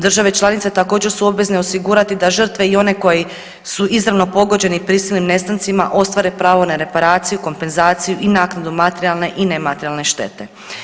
Države članice također su obvezne osigurati da žrtve i oni koji su izravno pogođeni prisilnim nestancima ostvare pravo na reparaciju, kompenzaciju i naknadu materijalne i nematerijalne štete.